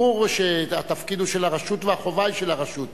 ברור שהתפקיד הוא של הרשות והחובה היא של הרשות,